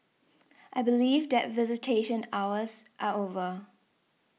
I believe that visitation hours are over